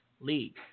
league